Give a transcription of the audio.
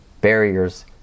Barriers